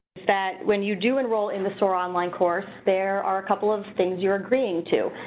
that when you do enroll in the soar online course there are a couple of things you're agreeing to,